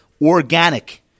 organic